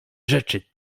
rzeczy